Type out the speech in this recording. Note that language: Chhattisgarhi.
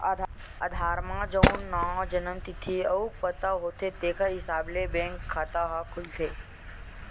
आधार म जउन नांव, जनम तिथि अउ पता होथे तेखर हिसाब ले बेंक खाता ह खुलथे